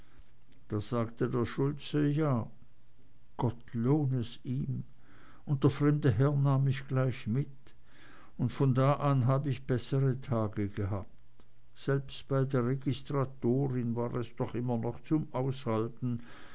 da sagte der schulze ja gott lohne es ihm und der fremde herr nahm mich gleich mit und von da an hab ich bessere tage gehabt selbst bei der registratorin war es doch immer noch zum aushalten